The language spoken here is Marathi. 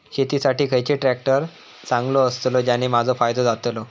शेती साठी खयचो ट्रॅक्टर चांगलो अस्तलो ज्याने माजो फायदो जातलो?